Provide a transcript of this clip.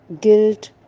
guilt